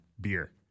beer